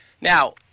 Now